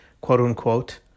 quote-unquote